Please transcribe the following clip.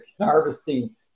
harvesting